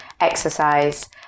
exercise